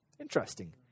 interesting